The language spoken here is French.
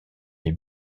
les